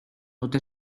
ote